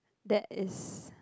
that is